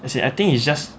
as in I think it's just